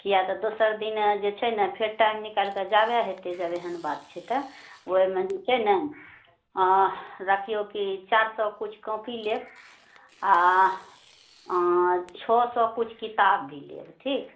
किआ तऽ दोसर दिन जे छै ने फेर टाइम निकालि कऽ जाबए हेतै जब एहन बात छै तऽ ओहिमे जे छै ने राखियौ की चारि सए किछु कॉपी लेब आ छओ सए किछु किताब भी लेब ठीक